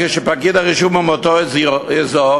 כשפקיד הרישום הוא מאותו אזור,